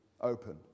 open